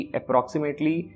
approximately